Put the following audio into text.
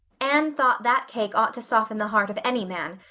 anne thought that cake ought to soften the heart of any man,